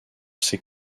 ses